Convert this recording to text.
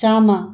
ꯆꯥꯝꯃ